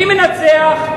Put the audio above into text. מי מנצח?